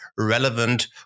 Relevant